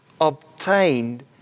obtained